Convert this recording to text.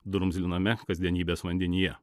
drumzliname kasdienybės vandenyje